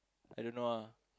I don't know ah